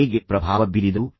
ಅವರು ಹೇಗೆ ಪ್ರಭಾವ ಬೀರಿದರು